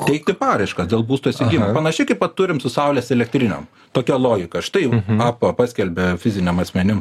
teikti paraiškas dėl būsto įsigijimo panašiai kaip va turim su saulės elektrinėm tokia logika štai jum apa paskelbia fiziniam asmenim